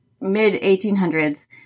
mid-1800s